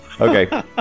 Okay